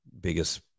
biggest